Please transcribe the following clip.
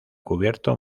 cubierto